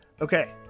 okay